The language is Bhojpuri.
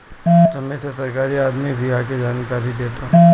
समय से सरकारी आदमी भी आके जानकारी देता